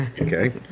Okay